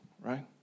right